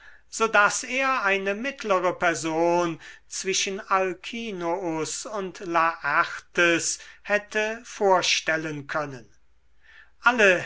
daß er eine mittlere person zwischen alkinous und laertes hätte vorstellen können alle